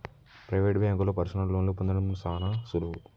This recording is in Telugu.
ప్రైవేట్ బాంకుల్లో పర్సనల్ లోన్లు పొందడం సాన సులువు